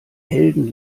helden